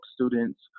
students